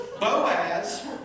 Boaz